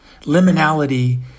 Liminality